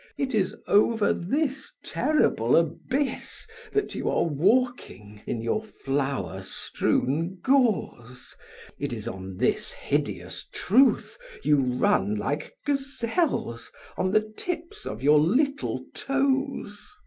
it is over this terrible abyss that you are walking in your flower-strewn gauze it is on this hideous truth you run like gazelles on the tips of your little toes!